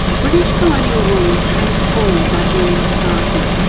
british colonial rule transformed nigerian society.